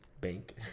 bank